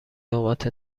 نقاط